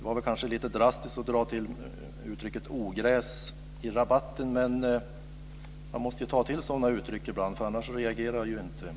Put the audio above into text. Kanske var det lite drastiskt att ta till uttrycket ogräs i rabatten. Men ibland måste man ta till sådana uttryck, för annars reagerar inte folk.